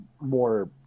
more